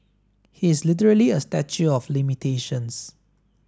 he is literally a statue of limitations